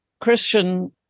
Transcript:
Christian